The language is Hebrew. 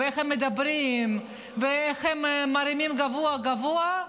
איך הם מדברים ואיך הם מרימים גבוה-גבוה,